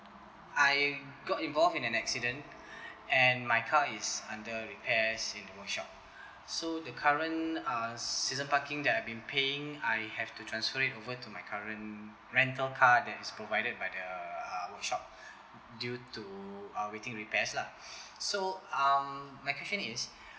I got involve in an accident and my car is under repairs in the workshop so the current uh season parking that I've been paying I have to transfer it over to my current rental car that is provided by the uh workshop due to uh waiting repairs lah so um my question is